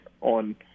on